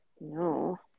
No